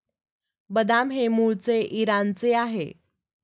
बदाम हे मूळचे इराणचे आहे